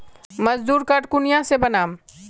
मजदूर कार्ड कुनियाँ से बनाम?